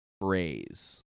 phrase